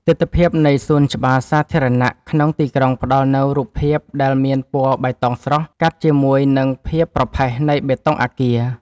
ទិដ្ឋភាពនៃសួនច្បារសាធារណៈក្នុងទីក្រុងផ្ដល់នូវរូបភាពដែលមានពណ៌បៃតងស្រស់ កាត់ជាមួយនឹងភាពប្រផេះនៃបេតុងអាគារ។